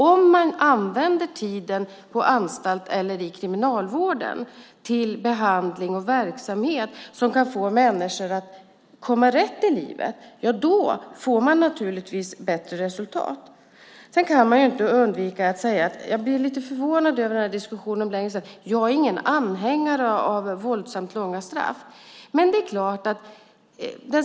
Om man använder tiden på anstalt eller i kriminalvården till behandling och verksamhet som kan få människor att komma rätt i livet får man naturligtvis bättre resultat. Sedan kan jag inte underlåta att säga - jag blev lite förvånad över diskussionen om längden - att jag inte är någon anhängare av våldsamt långa straff.